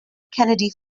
kennedy